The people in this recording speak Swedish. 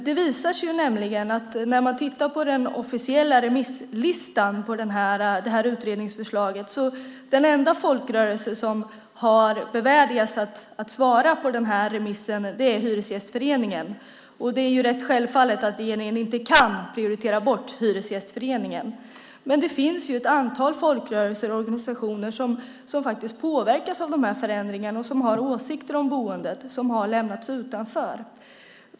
Det visar sig nämligen när man tittar på den officiella remisslistan för det här utredningsförslaget att den enda folkrörelse som har bevärdigats att få svara på den här remissen är Hyresgästföreningen. Det är självfallet att regeringen inte kan prioritera bort Hyresgästföreningen. Men det finns ju ett antal folkrörelser och organisationer som påverkas av de här förändringarna, som har åsikter om boendet och som har lämnats utanför.